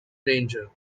danger